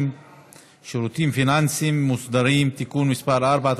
(שירותים פיננסיים מוסדרים) (תיקון מס' 4),